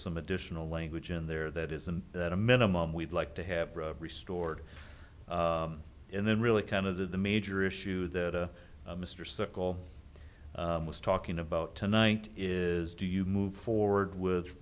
some additional language in there that isn't that a minimum we'd like to have restored and then really kind of that the major issue that mr circle was talking about tonight is do you move forward with